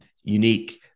Unique